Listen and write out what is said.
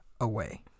away